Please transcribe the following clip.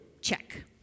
check